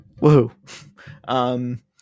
Woohoo